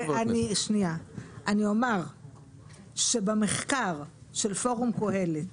אני אומר שבמחקר של פורום קהלת